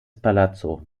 palazzo